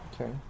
Okay